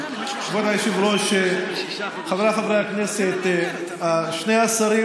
כבוד היושב-ראש, חבריי חברי הכנסת, שני השרים